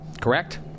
correct